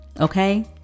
okay